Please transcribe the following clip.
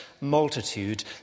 multitude